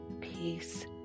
peace